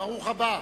ברוך הבא.